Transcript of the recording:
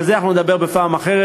אבל על זה אנחנו נדבר בפעם אחרת.